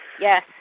Yes